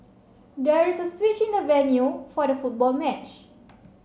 there was a switch in the venue for the football match